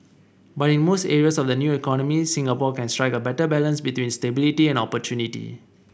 but in most areas of the new economy Singapore can strike a better balance between stability and opportunity